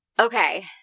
Okay